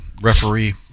referee